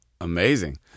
Amazing